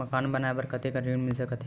मकान बनाये बर कतेकन ऋण मिल सकथे?